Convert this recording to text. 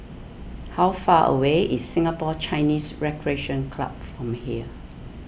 how far away is Singapore Chinese Recreation Club from here